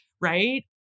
right